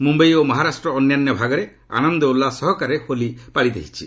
ମୁମ୍ଭାଇ ଓ ମହାରାଷ୍ଟ୍ରର ଅନ୍ୟାନ୍ୟ ଭାଗରେ ଆନନ୍ଦ ଉଲ୍ଲାସ ସହକାରେ ହୋଲି ପାଳିତ ହେଉଛି